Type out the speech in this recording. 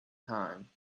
time